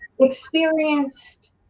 experienced